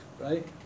right